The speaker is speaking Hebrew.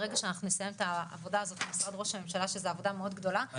ברגע שנסיים את העבודה הזאת במשרד ראש הממשלה שזו עבודה מאוד גדולה,